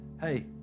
Hey